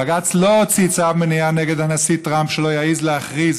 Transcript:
בג"ץ לא הוציא צו מניעה נגד הנשיא טראמפ שלא יעז להכריז